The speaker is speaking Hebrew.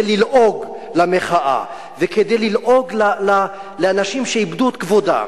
ללעוג למחאה וכדי ללעוג לאנשים שאיבדו את כבודם.